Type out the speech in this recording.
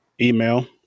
email